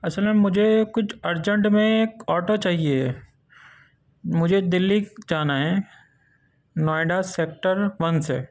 اصل میں مجھے کچھ ارجینٹ میں ایک آٹو چاہیے مجھے دلی جانا ہے نوئیڈا سیکٹر ون سے